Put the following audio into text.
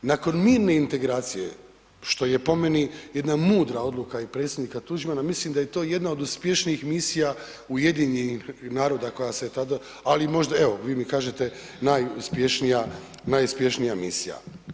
Nakon mirne integracije, što je po meni jedna mudra odluka i predsjednika Tuđmana, mislim da je to jedna od uspješnijih misija UN-a koja se tada, ali možda evo vi mi kažete najuspješnija misija.